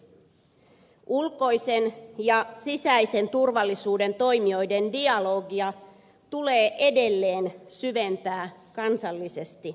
ulkoisen ja sisäisen turvallisuuden toimijoiden dialogia tulee edelleen syventää kansallisesti